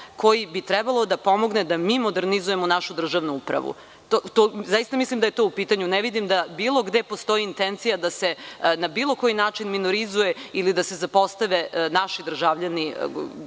koji bi trebalo da pomogne da mi modernizujemo našu državnu upravu. Zaista mislim da je to u pitanju, ne vidim da bilo gde postoji intencija da se na bilo koji način minorizuje ili da se zapostave naši sunarodnici,